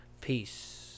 peace